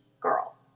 girl